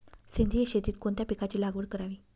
सेंद्रिय शेतीत कोणत्या पिकाची लागवड करावी?